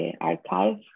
archive